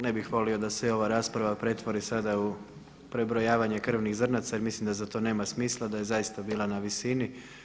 Ne bih volio da se ova rasprava pretvori sada u prebrojavanje krvnih zrnaca jer mislim da za to nema smisla da je zaista bila na visini.